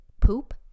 poop